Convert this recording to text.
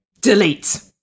Delete